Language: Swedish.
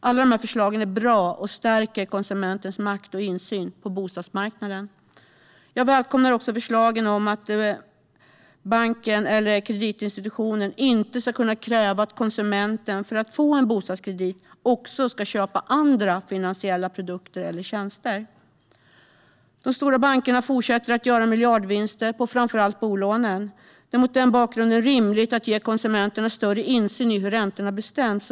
Alla dessa förslag är bra och stärker konsumentens makt och insyn på bostadsmarknaden. Jag välkomnar också förslaget att banken eller kreditinstitutet inte ska kunna kräva att konsumenten för att få en bostadskredit också måste köpa andra finansiella produkter eller tjänster. De stora bankerna fortsätter att göra miljardvinster på framför allt bolånen. Det är mot den bakgrunden rimligt att ge konsumenterna större insyn i hur räntorna bestäms.